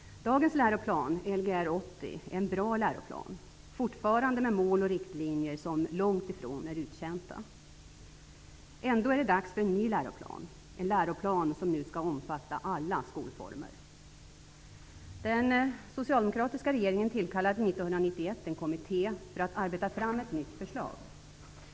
Dagens läroplan, Lgr 80, är en bra läroplan, fortfarande med mål och riktlinjer som långt ifrån är uttjänta. Ändå är det dags för en ny läroplan, som nu skall omfatta alla skolformer. en kommitté för att arbeta fram ett nytt förslag.